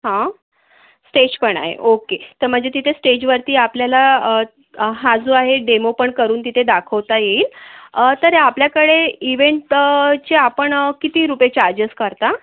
हां स्टेज पण आहे ओक्के तर म्हणजे तिथे स्टेजवरती आपल्याला हा जो आहे डेमो पण करून तिथे दाखवता येईल तर आपल्याकडे इवेंट चे आपण किती रुपये चार्जेस करता